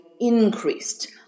increased